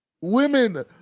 women